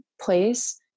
place